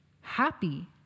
happy